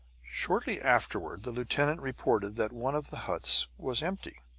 shortly afterward the lieutenant reported that one of the huts was empty.